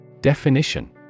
Definition